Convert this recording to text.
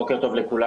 בוקר טוב לכולם,